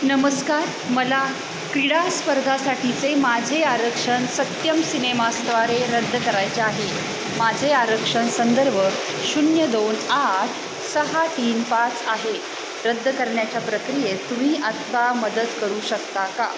नमस्कार मला क्रीडा स्पर्धासाठीचे माझे आरक्षण सत्यम सिनेमास्द्वारे रद्द करायचे आहे माझे आरक्षण संदर्भ शून्य दोन आठ सहा तीन पाच आहे रद्द करण्याच्या प्रक्रियेत तुम्ही आत्ता मदत करू शकता का